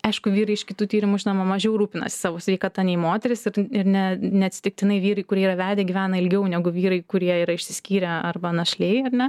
aišku vyrai iš kitų tyrimų žinoma mažiau rūpinasi savo sveikata nei moterys ir ne neatsitiktinai vyrai kurie yra vedę gyvena ilgiau negu vyrai kurie yra išsiskyrę arba našliai ar ne